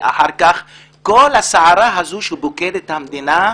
כל הסערה הזאת שפוקדת את המדינה,